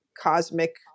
cosmic